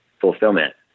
fulfillment